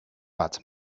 but